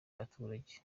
abaturage